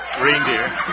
Reindeer